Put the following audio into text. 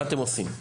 מה אתם עושים?